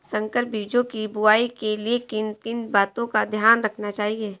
संकर बीजों की बुआई के लिए किन किन बातों का ध्यान रखना चाहिए?